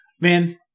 Man